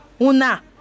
Una